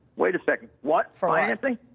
wait a second. what financing?